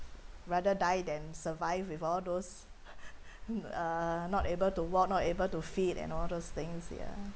rather die than survive with all those uh not able to walk not able to feed and all those things ya